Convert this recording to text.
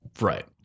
Right